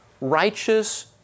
righteous